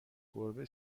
گربه